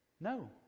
No